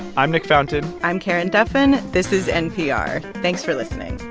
i'm nick fountain i'm karen duffin. this is npr. thanks for listening